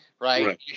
Right